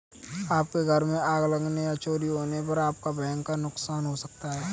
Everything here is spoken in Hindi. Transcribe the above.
आपके घर में आग लगने या चोरी होने पर आपका भयंकर नुकसान हो सकता है